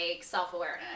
self-awareness